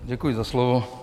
Děkuji za slovo.